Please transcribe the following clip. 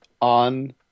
on